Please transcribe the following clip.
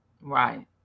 right